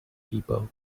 people